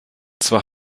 zwar